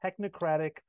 technocratic